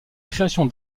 créations